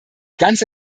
ganze